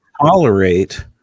tolerate